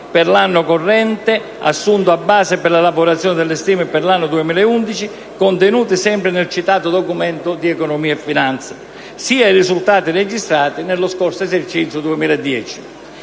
per l'anno corrente, assunto a base per l'elaborazione delle stime per l'anno 2011 contenute sempre nel citato Documento di economia e finanza, sia ai risultati registrati nello scorso esercizio